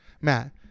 Matt